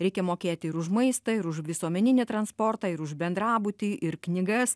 reikia mokėti ir už maistą ir už visuomeninį transportą ir už bendrabutį ir knygas